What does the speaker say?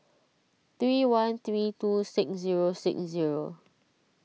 three one three two six zero six zero